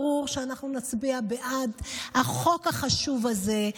ברור שאנחנו נצביע בעד החוק החשוב הזה.